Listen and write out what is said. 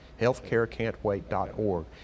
healthcarecan'twait.org